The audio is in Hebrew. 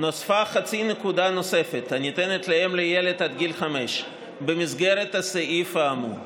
נוספה חצי נקודה נוספת הניתנת לאם לילד עד גיל חמש במסגרת הסעיף האמור,